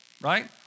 Right